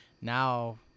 Now